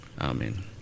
Amen